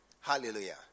Hallelujah